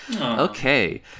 Okay